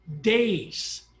days